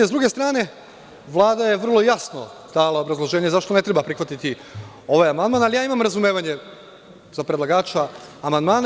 Sa druge strane, Vlada je vrlo jasno dala obrazloženje zašto ne treba prihvatiti ovaj amandman, ali imam razumevanje za predlagača amandmana.